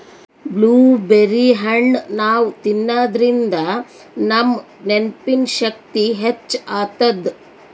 blueberry ಹಣ್ಣ್ ನಾವ್ ತಿನ್ನಾದ್ರಿನ್ದ ನಮ್ ನೆನ್ಪಿನ್ ಶಕ್ತಿ ಹೆಚ್ಚ್ ಆತದ್